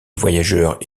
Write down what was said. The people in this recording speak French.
voyageurs